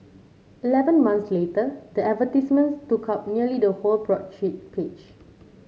eleven months later the advertisements took up nearly the whole broadsheet page